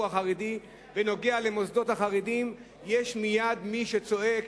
החרדי ונוגע למוסדות החרדיים יש מייד מי שצועק,